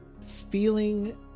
feeling